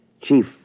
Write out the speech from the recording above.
Chief